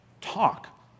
Talk